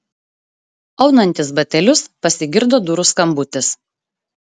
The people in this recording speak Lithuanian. aunantis batelius pasigirdo durų skambutis